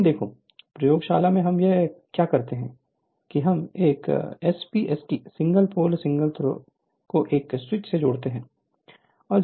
लेकिन देखो प्रयोगशाला में हम क्या करते हैं कि हम एक SPST single pole single throw को एक स्विच से जोड़ते हैं